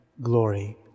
glory